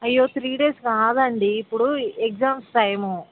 అయ్యో three days కాదండీ ఇప్పుడు ఎగ్జామ్స్ టైము